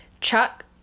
Chuck